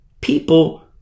people